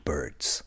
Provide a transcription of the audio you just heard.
Birds